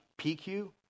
PQ